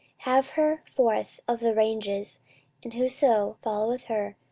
have her forth of the ranges and whoso followeth her,